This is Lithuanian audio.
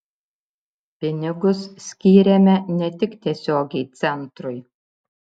pinigus skyrėme ne tik tiesiogiai centrui